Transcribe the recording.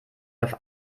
auf